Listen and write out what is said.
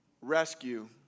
rescue